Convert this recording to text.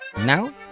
Now